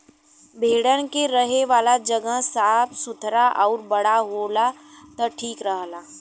भेड़न के रहे वाला जगह साफ़ सुथरा आउर बड़ा होला त ठीक रहला